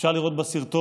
אפשר לראות בסרטון,